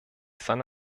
seine